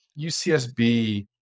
UCSB